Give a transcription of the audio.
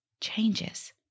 changes